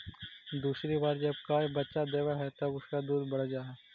दूसरी बार जब गाय बच्चा देवअ हई तब उसका दूध बढ़ जा हई